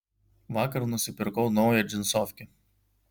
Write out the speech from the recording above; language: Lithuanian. vakar nusipirkau naują džinsofkę